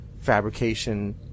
fabrication